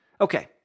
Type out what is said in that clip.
Okay